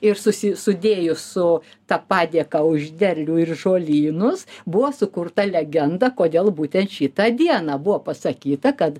ir susi sudėjus su ta padėka už derlių ir žolynus buvo sukurta legenda kodėl būtent šitą dieną buvo pasakyta kad